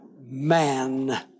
man